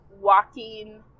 walking